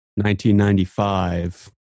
1995